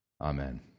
amen